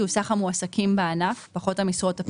הוא סך המועסקים בענף פחות המשרות הפנויות.